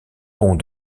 pont